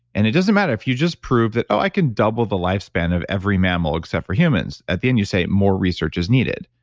and it doesn't matter, if you just prove that oh, i can double the lifespan of every mammal except for humans, at the end you say more research is needed.